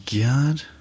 God